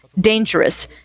dangerous